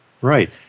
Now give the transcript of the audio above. Right